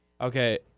Okay